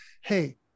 hey